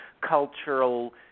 Cultural